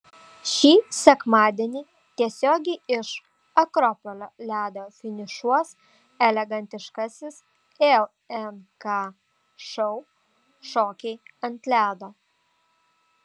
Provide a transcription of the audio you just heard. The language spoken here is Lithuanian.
šį sekmadienį tiesiogiai iš akropolio ledo finišuos elegantiškasis lnk šou šokiai ant ledo